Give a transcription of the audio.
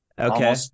okay